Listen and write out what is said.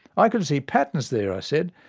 i could see patterns there, i said,